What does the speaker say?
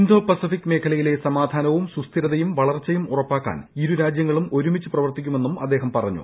Indo Pacific മേഖലയിലെ സമാധാനവും സുസ്ഥിരതയും വളർച്ചയും ഉറപ്പാക്കാൻ ഇരുരാജ്യങ്ങളും ഒരുമിച്ച് പ്രവർത്തിക്കുമെന്നും അദ്ദേഹം അറിയിച്ചു